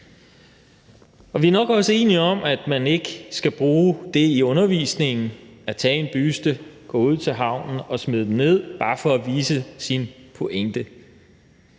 om. Vi er nok også enige om, at man ikke skal bruge det i undervisningen at tage en buste, gå ud til havnen og smide den i vandet bare for at vise sin pointe.